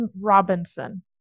Robinson